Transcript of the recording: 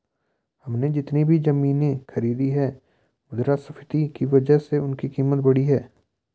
हमने जितनी भी जमीनें खरीदी हैं मुद्रास्फीति की वजह से उनकी कीमत बढ़ी है